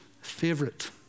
favorite